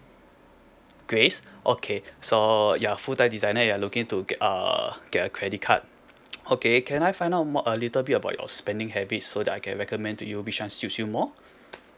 grace okay so you are full time designer you're looking to get uh get a credit card okay can I find out more a little bit about your spending habits so that I can recommend to you which one suits you more